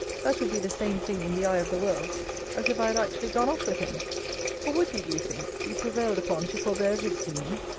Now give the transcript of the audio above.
that would be the same thing in the eye of the world as if i had actually gone off with him for would he, do you think, be prevailed upon to forbear visiting me?